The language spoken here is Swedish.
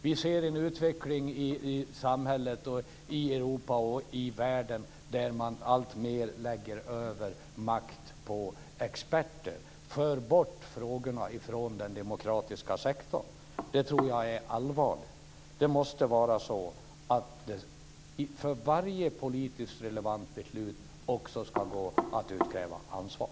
Vi ser en utveckling i samhället, Europa och världen där man alltmer lägger över makt på experter och för bort frågorna från den demokratiska sektorn. Det är allvarligt. För varje politiskt relevant beslut ska det också gå att utkräva ansvar.